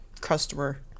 customer